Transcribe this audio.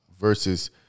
versus